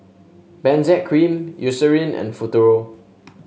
Benzac Cream Eucerin and Futuro